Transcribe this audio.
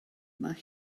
mae